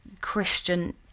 christian